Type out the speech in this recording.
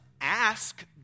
ask